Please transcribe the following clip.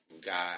God